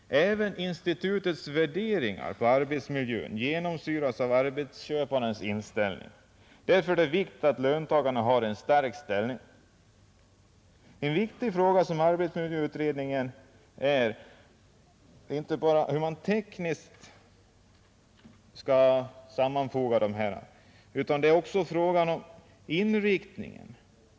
Även institutets värderingar på arbetsmiljön genomsyras av arbetsköparens inställning. Därför är det av vikt att löntagarna har en stark ställning. En viktig fråga för arbetsmiljöutredningen är inte bara att tekniskt utreda hur man skall sammanfoga dessa myndigheter, utan det är också en fråga om inriktningen.